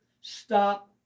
stop